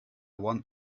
want